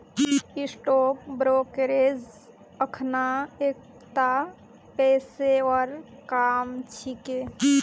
stock brokerage अखना एकता पेशेवर काम छिके